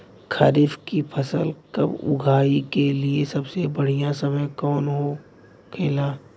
खरीफ की फसल कब उगाई के लिए सबसे बढ़ियां समय कौन हो खेला?